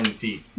feet